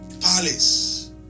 palace